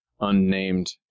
unnamed